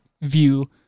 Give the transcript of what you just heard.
view